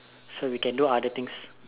so we can do other things